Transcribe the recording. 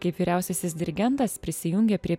kaip vyriausiasis dirigentas prisijungė prie